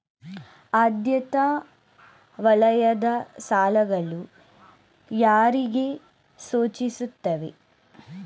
ಆದ್ಯತಾ ವಲಯದ ಸಾಲಗಳು ಯಾರಿಗೆ ಸೂಚಿಸುತ್ತವೆ?